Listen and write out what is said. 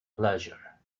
pleasure